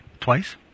twice